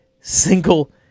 single